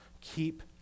keep